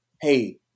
hey